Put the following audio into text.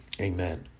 Amen